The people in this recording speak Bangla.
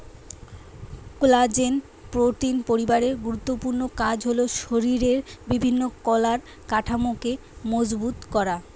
কোলাজেন প্রোটিন পরিবারের গুরুত্বপূর্ণ কাজ হল শরিরের বিভিন্ন কলার কাঠামোকে মজবুত করা